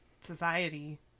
society